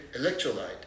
electrolyte